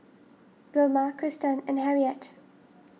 Vilma Kristan and Harriet